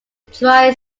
dry